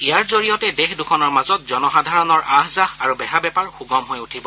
ইয়াৰ জৰিয়তে দেশ দুখনৰ মাজত জনসাধাৰণৰ আহ যাহ আৰু বেহা বেপাৰ সুগম হৈ উঠিব